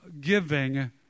giving